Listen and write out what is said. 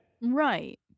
Right